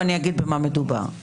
ואני אגיד במה מדובר.